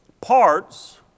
parts